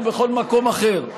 או בכל מקום אחר,